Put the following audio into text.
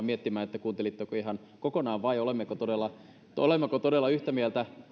miettimään kuuntelitteko sen ihan kokonaan vai olemmeko todella yhtä mieltä